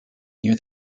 near